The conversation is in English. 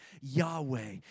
Yahweh